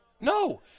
No